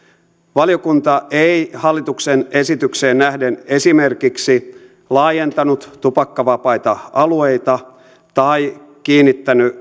valiokunta ei hallituksen esitykseen nähden esimerkiksi laajentanut tupakkavapaita alueita tai kiinnittänyt